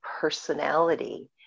personality